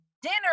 dinner